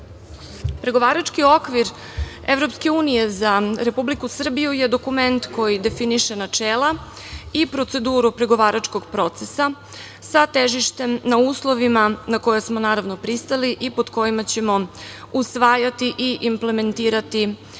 efikasnosti. Pregovarački okvir EU za Republiku Srbiju je dokument koji definiše načela i proceduru pregovaračkog procesa, sa težištem na uslovima na koje smo, naravno, pristali i pod kojima ćemo usvajati i implementirati